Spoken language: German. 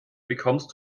bekommst